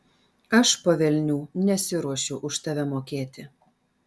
aš po velnių nesiruošiu už tave mokėti